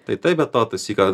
tai taip be to tą syką